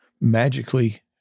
magically